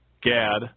Gad